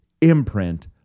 imprint